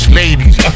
ladies